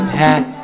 hat